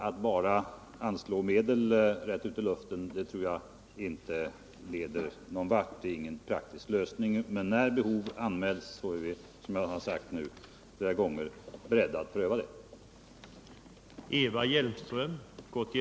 Att bara anslå medel rätt ut i luften tror jag inte leder någon vart. Det är ingen praktisk lösning. Men när ett behov anmäls är vi, som jag redan sagt flera gånger, beredda att pröva detta.